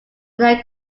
their